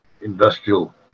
industrial